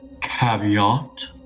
caveat